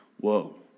Whoa